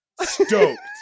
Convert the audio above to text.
Stoked